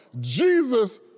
Jesus